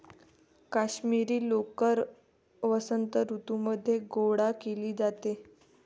काश्मिरी लोकर वसंत ऋतूमध्ये गोळा केली जाते